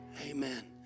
amen